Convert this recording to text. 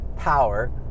power